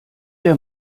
der